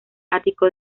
ático